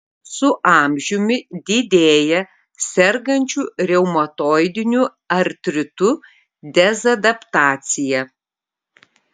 su amžiumi didėja sergančių reumatoidiniu artritu dezadaptacija